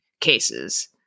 cases